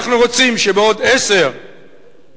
אנחנו רוצים שבעוד עשר שנים,